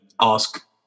ask